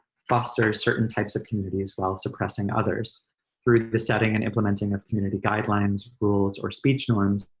foster certain types of communities while suppressing others through the setting and implementing of community guidelines, rules or speech norms.